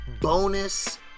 bonus